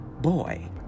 boy